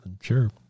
sure